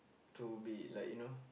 to be like you know